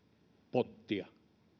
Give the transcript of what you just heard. pottia